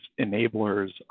enablers